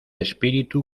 espíritu